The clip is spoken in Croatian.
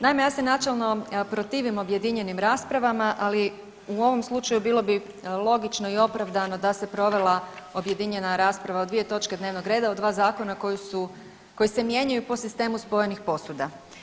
Naime, ja se načelno protivim objedinjenim raspravama, ali u ovom slučaju bilo bi logično i opravdano da se provela objedinjena rasprava o dvije točke dnevnog reda u dva zakona koji su, koji se mijenjaju po sistemu spojenih posuda.